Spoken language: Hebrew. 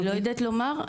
אני לא יודעת לומר,